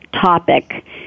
topic